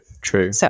true